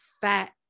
fat